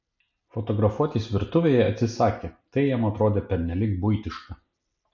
fotografuotis virtuvėje atsisakė tai jam atrodė pernelyg buitiška